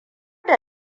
da